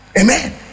Amen